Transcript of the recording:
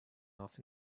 off